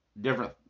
different